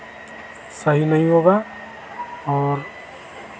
सही नहीं होगा और